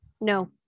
No